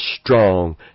strong